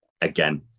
again